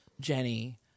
Jenny